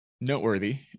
noteworthy